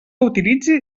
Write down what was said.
utilitzi